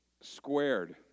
squared